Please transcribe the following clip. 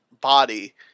body